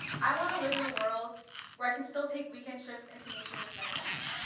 i want to live in a world where i can still take weekend trips into nature with my family.